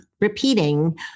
repeating